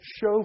show